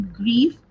grief